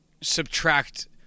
subtract